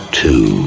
two